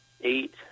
eight